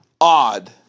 odd